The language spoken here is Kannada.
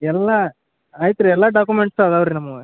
ಎಲ್ಲ ಐತೆ ರೀ ಎಲ್ಲ ಡಾಕ್ಯೂಮೆಂಟ್ಸ್ ಅದಾವೆ ರೀ ನಮ್ಮವೆ